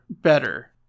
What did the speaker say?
better